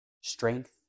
strength